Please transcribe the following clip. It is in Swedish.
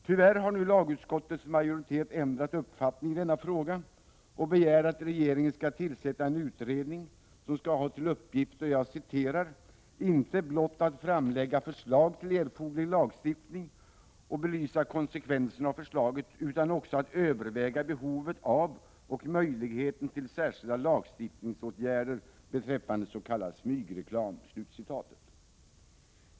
Tyvärr har nu lagutskottets majoritet ändrat uppfattning i denna fråga och begär att regeringen skall tillsätta en utredning som skall ha till uppgift ”inte blott att framlägga förslag till erforderlig lagstiftning och belysa konsekvenserna av förslaget utan också att överväga behovet av och möjligheten till särskilda lagstiftningsåtgärder beträffande s.k. smygreklam”.